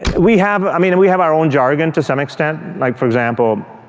we have, i mean, and we have our own jargon to some extent. like, for example,